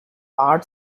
art